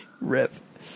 Rip